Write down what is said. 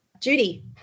Judy